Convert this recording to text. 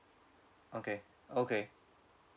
okay okay